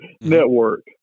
network